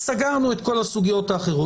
סגרנו את כל הסוגיות האחרות.